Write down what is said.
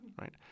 right